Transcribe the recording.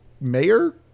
mayor